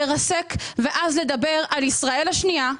לרסק ואז לדבר על ישראל השנייה,